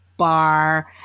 bar